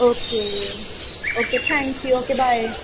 okay okay thank you okay bye